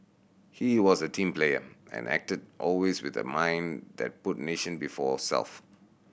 he was a team player and acted always with a mind that put nation before self